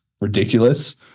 ridiculous